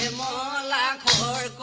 and la ah la la